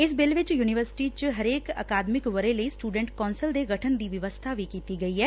ਇਸ ਬਿੱਲ ਵਿਚ ਯੁਨੀਵਰਸਿਟੀ ਚ ਹਰੇਕ ਅਕਾਦਮਿਕ ਵਰੇ ਲਈ ਸੁਟੈਟ ਕੌਂਸਲ ਦੇ ਗਠਨ ਦੀ ਵਿਵਸਬਾ ਵੀ ਕੀਤੀ ਗਈ ਐ